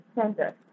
tender